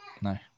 No